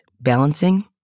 balancing